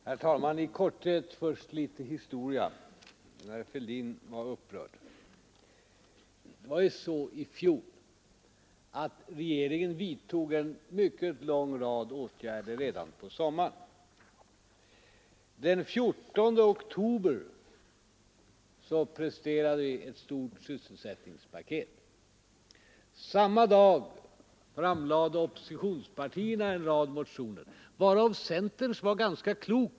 Herr talman! Först i korthet litet historia — herr Fälldin var ju upprörd. I fjol vidtog regeringen en lång rad åtgärder redan på sommaren. Den 14 oktober lade vi fram ett stort sysselsättningspaket. Samma dag väckte oppositionspartierna en rad motioner, varav centerns var ganska klok.